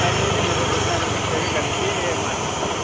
ఆ లేదు అండి రేపు పొద్దున అక్కడికి వచ్చాక కలిసి మాట్లాడతాను అండి